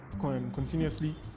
continuously